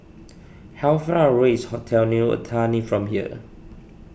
how far away is Hotel New Otani from here